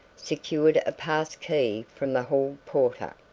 secured a pass-key from the hall porter,